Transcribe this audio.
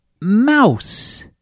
mouse